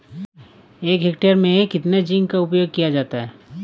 एक हेक्टेयर में कितना जिंक का उपयोग किया जाता है?